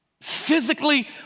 Physically